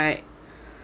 um ya